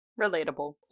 Relatable